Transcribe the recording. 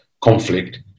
conflict